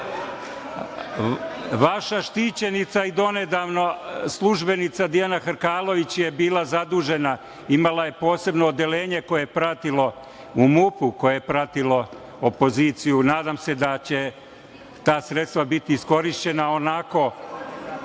Vaša štićenica i donedavno službenica Dijana Hrkalović je bila zadužena, imala je posebno odeljenje koje je pratilo, u MUP-u, opoziciju. Nadam se da će ta sredstava biti iskorišćena onako